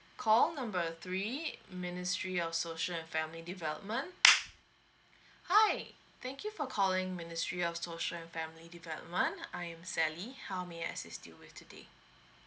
call number three ministry of social and family development hi thank you for calling ministry of social and family development I am sally how may I assist you with today